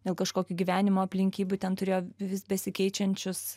dėl kažkokių gyvenimo aplinkybių ten turėjo vis besikeičiančius